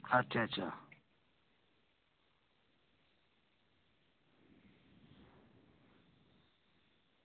अच्छा अच्छा